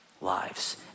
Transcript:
lives